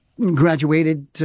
graduated